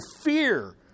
fear